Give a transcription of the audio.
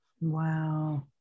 Wow